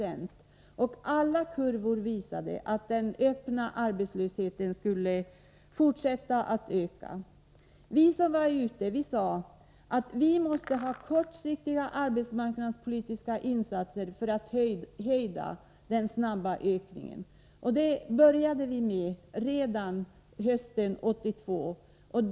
Alla statistikkurvor visade att den öppna arbetslösheten skulle fortsätta att öka. Vi som arbetade ute i landet sade att det måste till kortsiktiga arbetsmarknadspolitiska insatser för att hejda den snabba ökningen av arbetslösheten. Det arbetet påbörjade vi redan hösten 1982.